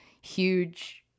huge